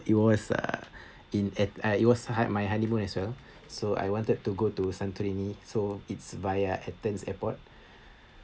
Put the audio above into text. it was uh in at~ it was h~ my honeymoon as well so I wanted to go to santorini so it's via athens airport